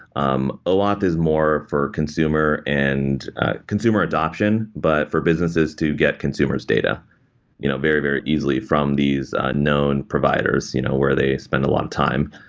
um oauth is more for consumer and ah consumer adoption, but for businesses to get consumer s data you know very, very easily from these known providers you know where they spend a lot of time.